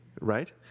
right